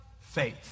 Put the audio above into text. faith